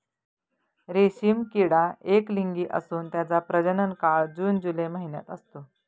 रेशीम किडा एकलिंगी असून त्याचा प्रजनन काळ जून जुलै महिन्यात असतो